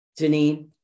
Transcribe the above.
Janine